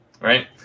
right